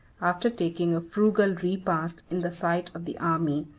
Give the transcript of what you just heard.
after taking a frugal repast in the sight of the army,